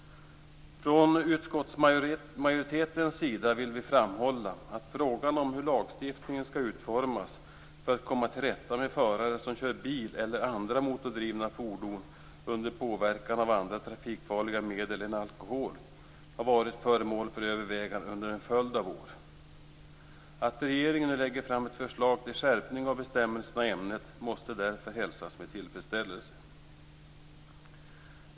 Från utskottsmajoritetens sida vill vi framhålla att frågan om hur lagstiftningen skall utformas för att komma till rätta med förare som kör bil eller andra motordrivna fordon under påverkan av andra trafikfarliga medel än alkohol har varit föremål för överväganden under en följd av år. Att regeringen nu lägger fram ett förslag till skärpning av bestämmelserna i ämnet måste därför hälsas med tillfredsställelse.